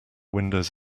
windows